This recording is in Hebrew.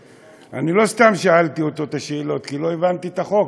אני לא סתם שאלתי אותו את השאלות כי לא הבנתי את החוק.